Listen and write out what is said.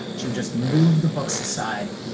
she would just move the books aside,